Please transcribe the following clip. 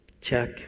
Check